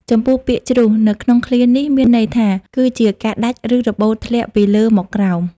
ចំពោះពាក្យ ជ្រុះ នៅក្នុងឃ្លានេះមានន័យថា គឺជាការដាច់ ឬរបូតធ្លាក់ពីលើមកក្រោម។